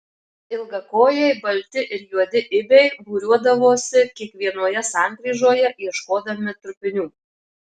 ilgakojai balti ir juodi ibiai būriuodavosi kiekvienoje sankryžoje ieškodami trupinių